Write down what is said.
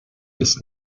ist